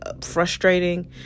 frustrating